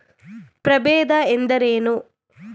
ಪ್ರಭೇದ ಎಂದರೇನು?